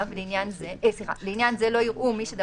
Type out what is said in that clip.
המסלול שמתווה החוק זה שמי שהמחוקק סבור שיש מקום שהוא